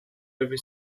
every